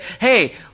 hey